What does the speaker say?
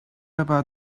about